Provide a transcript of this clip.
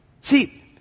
See